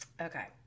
Okay